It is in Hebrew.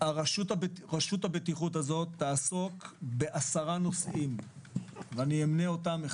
רשות הבטיחות תעסוק בעשרה נושאים ואני אמנה אותם.